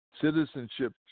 Citizenship